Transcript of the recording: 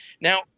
Now